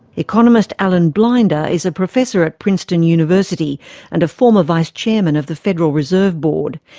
economist alan blinder is a professor at princeton university and a former vice chairman of the federal reserve board.